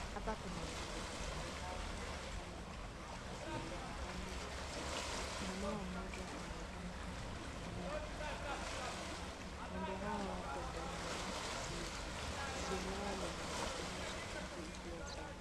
Hapa kuna ng'ombe na ng'ombe hawa wanaonekana ni ng'ombe wa maziwa. Wana rangi nyeupe kuna mama anaonekana akihudumia ng'ombe hawa. Ng'ombe hawa wako ndani ya zizi, zizi lao linaonekana sakafu ikiwa safi.